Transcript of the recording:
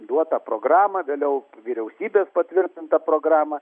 duotą programą vėliau vyriausybės patvirtintą programą